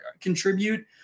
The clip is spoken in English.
contribute